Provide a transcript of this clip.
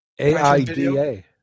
AIDA